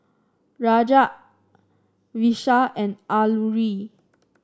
Raj Vishal and Alluri